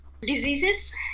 Diseases